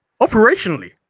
operationally